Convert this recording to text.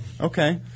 Okay